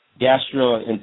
gastrointestinal